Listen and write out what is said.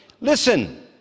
listen